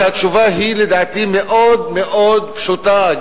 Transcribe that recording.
והתשובה היא לדעתי מאוד מאוד פשוטה,